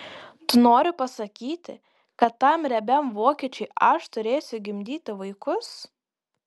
tu nori pasakyti kad tam riebiam vokiečiui aš turėsiu gimdyti vaikus